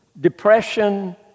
depression